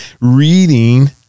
reading